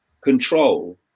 control